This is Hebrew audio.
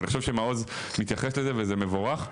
אז אני חושב שמעזו מתייחס לזה וזה מבורך.